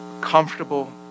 comfortable